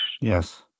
Yes